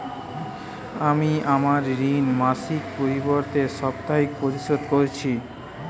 আমি আমার ঋণ মাসিকের পরিবর্তে সাপ্তাহিক পরিশোধ করছি